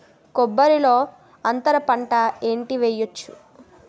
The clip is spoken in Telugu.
కొబ్బరి లో అంతరపంట ఏంటి వెయ్యొచ్చు?